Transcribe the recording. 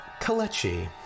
Kalechi